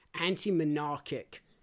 anti-monarchic